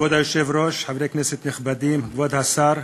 כבוד היושב-ראש, חברי כנסת נכבדים, כבוד השר,